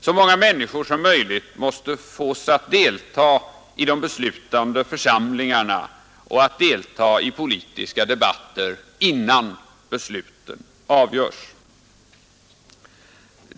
Så många människor som möjligt måste fås att delta i de beslutande församlingarna och i politiska debatter, innan besluten fattas.